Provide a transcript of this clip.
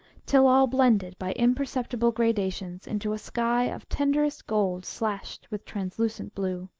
till all blended by imperceptible gradations into a sky of tenderest gold slashed with translucent blue.